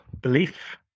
belief